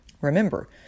Remember